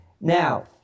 Now